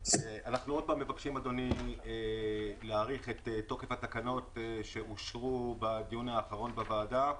אנחנו מבקשים להאריך שוב את תוקף התקנות שאושרו בדיון האחרון בוועדה,